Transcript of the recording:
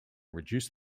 reduced